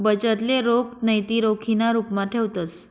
बचतले रोख नैते रोखीना रुपमा ठेवतंस